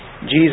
Jesus